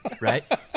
right